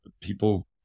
people